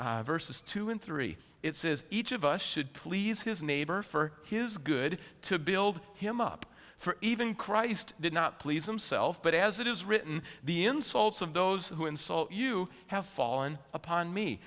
fifteen versus two and three it says each of us should please his neighbor for his good to build him up for even christ did not please themself but as it is written the insults of those who insult you have fallen upon me